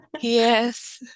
yes